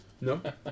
No